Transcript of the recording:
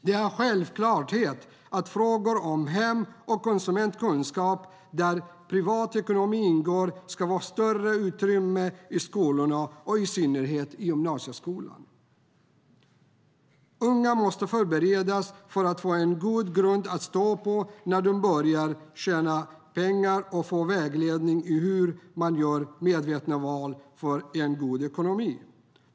Det är en självklarhet att frågor som hem och konsumentkunskap, där privatekonomi ingår, ska få större utrymme i skolorna och i synnerhet i gymnasieskolan. Unga måste förberedas för att få en god grund att stå på när de börjar tjäna pengar och få vägledning i hur man gör medvetna val för en god ekonomi.